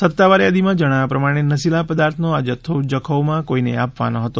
સત્તાવાર યાદીમાં જણાવ્યા પ્રમાણે નશીલા પદાર્થનો આ જથ્થો જખૌમાં કોઈ ને આપવાનો હતો